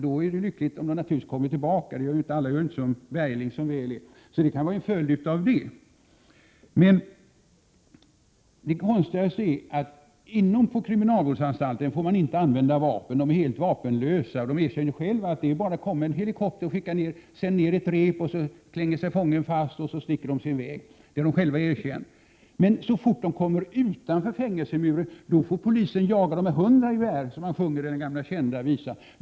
Då är det lyckligt om alla kommer tillbaka. Alla gör ju inte såsom Bergling, som väl är. Inom kriminalvårdsanstalten får personalen inte använda vapen. Den är helt vapenlös. Personalen erkänner att det bara är att komma med en helikopter, släppa ner en repstege och låta fången klättra upp. Sedan sticker helikoptern i väg. Men så fort rymlingarna kommer utanför fängelsemuren, får polisen jaga dem med 100 gevär, som man sjunger i den gamla kända visan.